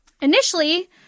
Initially